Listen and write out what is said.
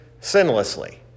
sinlessly